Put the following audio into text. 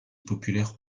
populaire